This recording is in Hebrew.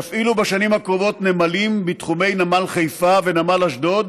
והן יפעילו בשנים הקרובות נמלים בתחומי נמל חיפה ונמל אשדוד